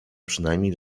przynajmniej